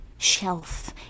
shelf